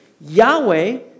Yahweh